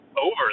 over